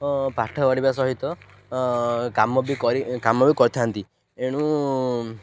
ପାଠ ପଢ଼ିବା ସହିତ କାମ ବି କରି କାମ ବି କରିଥାନ୍ତି ଏଣୁ